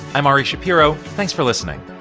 i'm ari shapiro. thanks for listening